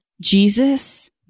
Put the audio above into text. Jesus